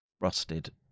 rusted